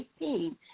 18